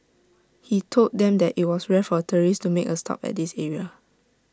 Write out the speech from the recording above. he told them that IT was rare for tourists to make A stop at this area